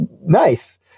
Nice